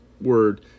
word